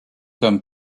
comme